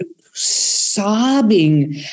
sobbing